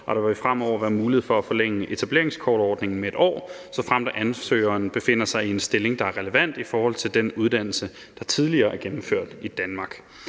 og der vil fremover være mulighed for at forlænge etableringskortordningen med 1 år, såfremt ansøgeren befinder sig i en stilling, der er relevant i forhold til den uddannelse, der tidligere er gennemført i Danmark.